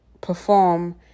perform